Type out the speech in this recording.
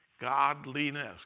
Godliness